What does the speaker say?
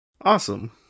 Awesome